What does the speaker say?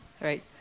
Right